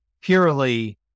purely